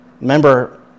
Remember